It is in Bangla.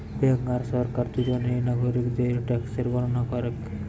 বেঙ্ক আর সরকার দুজনেই নাগরিকদের ট্যাক্সের গণনা করেক